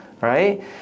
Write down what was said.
right